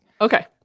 Okay